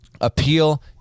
appeal